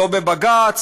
לא בבג"ץ